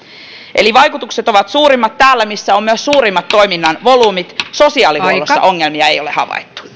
eli vaikutukset ovat suurimmat täällä missä ovat myös suurimmat toiminnan volyymit sosiaalihuollossa ongelmia ei ole havaittu